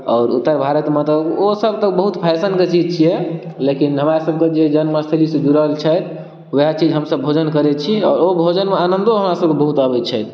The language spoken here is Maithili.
आओर उत्तर भारतमे तऽ ओ सभ तऽ बहुत फैशनके चीज छियै लेकिन हमरा सभकेँ जे जन्मस्थली से जुड़ल छथि ओएह चीज हम सभ भोजन करैत छी आओर ओ भोजनमे आनंदो हमरा सभकेँ बहुत आबैत छै